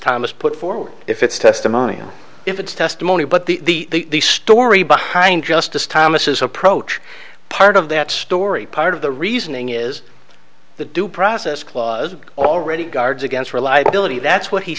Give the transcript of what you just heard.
thomas put forward if it's testimony and if it's testimony but the story behind justice thomas approach part of that story part of the reasoning is the due process clause already guards against reliability that's what he